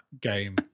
game